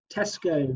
Tesco